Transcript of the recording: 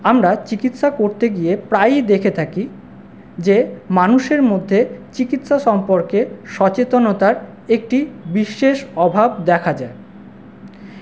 আমরা চিকিৎসা করতে গিয়ে প্রায়ই দেখে থাকি যে মানুষের মধ্যে চিকিৎসা সম্পর্কে সচেতনতার একটি বিশেষ অভাব দেখা যায়